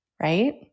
right